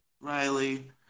Riley